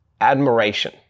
admiration